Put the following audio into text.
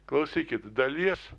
klausykit dalies